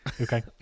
Okay